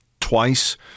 twice